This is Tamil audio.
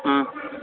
ஆ